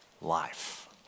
life